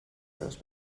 seus